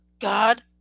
God